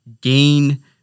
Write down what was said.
gain